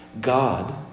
God